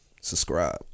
subscribe